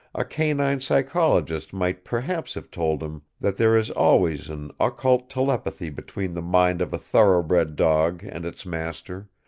a canine psychologist might perhaps have told him that there is always an occult telepathy between the mind of a thoroughbred dog and its master,